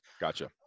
Gotcha